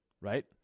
right